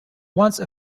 once